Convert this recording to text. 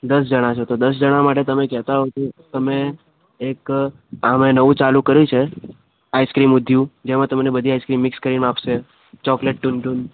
દસ જણા છો તો દસ જણા માટે તમે કહેતા હોય તો તમે એક આ મેં નવું ચાલું કર્યું છે આઇસક્રીમ ઊંધિયું જેમાં તમને બધી આઇસક્રીમ મીક્ષ કરીને આપશે ચોકલેટ ટૂન ટૂન